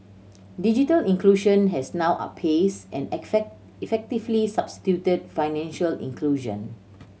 digital inclusion has now outpaced and effectively substituted financial inclusion